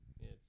Yes